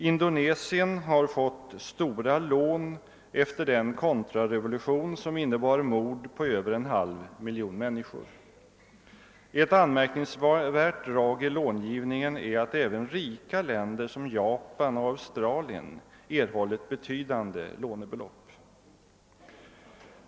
Indonesien har fått stora lån efter den kontrarevolution som innebar mord på över en halv miljon människor. Ett anmärkningsvärt drag i långivningen är att även rika länder som Japan och Australien har erhållit betydande lånebelopp.